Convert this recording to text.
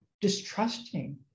distrusting